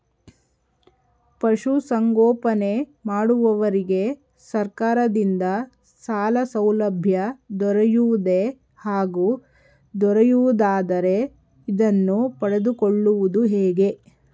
ಪಶುಸಂಗೋಪನೆ ಮಾಡುವವರಿಗೆ ಸರ್ಕಾರದಿಂದ ಸಾಲಸೌಲಭ್ಯ ದೊರೆಯುವುದೇ ಹಾಗೂ ದೊರೆಯುವುದಾದರೆ ಇದನ್ನು ಪಡೆದುಕೊಳ್ಳುವುದು ಹೇಗೆ?